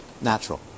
Natural